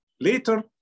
later